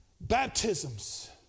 baptisms